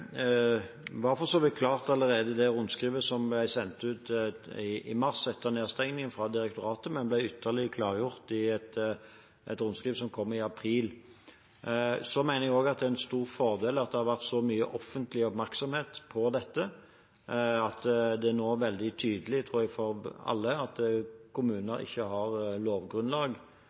så vidt klart allerede i det rundskrivet som ble sendt ut fra direktoratet i mars, etter nedstengingen, men ble ytterligere klargjort i et rundskriv som kom i april. Jeg mener det er en stor fordel at det har vært så mye offentlig oppmerksomhet om dette. Jeg tror det nå er veldig tydelig for alle at kommuner ikke har lovgrunnlag